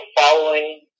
following